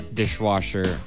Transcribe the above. dishwasher